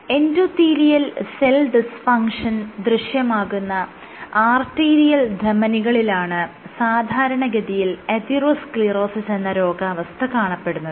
endothelial cell dysfunction ദൃശ്യമാകുന്ന arterial ധമനികളിലാണ് സാധാരണഗതിയിൽ അതിറോസ്ക്ളീറോസിസ് എന്ന രോഗാവസ്ഥ കാണപ്പെടുന്നത്